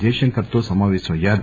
జయశంకర్ తో సమావేశమయ్యారు